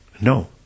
No